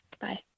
Bye